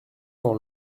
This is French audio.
dans